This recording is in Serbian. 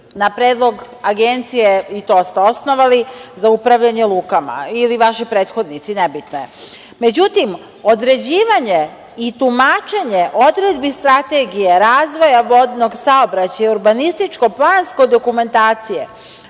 na predlog Agencije za upravljanje lukama, i to ste osnovali ili vaši prethodnici, nebitno je.Međutim, određivanje i tumačenje odredbi strategije razvoja vodenog saobraćaja i urbanističko planske dokumentacije